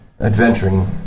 adventuring